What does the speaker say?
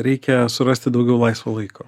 reikia surasti daugiau laisvo laiko